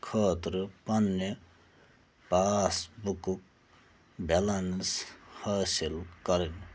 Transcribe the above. خٲطرٕ پننہِ پاس بُکُک بیٚلنٕس حٲصِل کَرٕنۍ